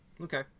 okay